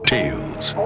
Tales